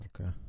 okay